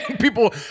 people